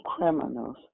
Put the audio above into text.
criminals